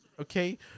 Okay